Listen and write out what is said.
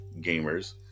gamers